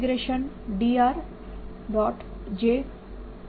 J A મળે છે